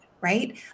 right